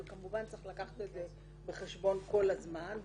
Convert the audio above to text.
וכמובן צריך לקחת את זה בחשבון כל הזמן,